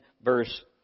verse